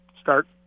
start –